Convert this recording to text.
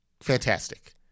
Fantastic